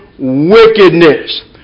wickedness